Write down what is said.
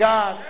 God